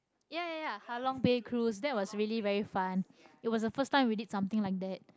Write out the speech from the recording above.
ya ya ya Halong-Bay cruise that was really very fun it was the first time we did something like that